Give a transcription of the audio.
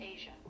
Asia